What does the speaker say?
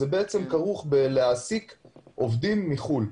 זה כרוך בהעסקת עובדים מחוץ לארץ,